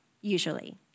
usually